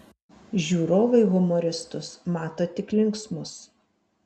žiūrovai humoristus mato tik linksmus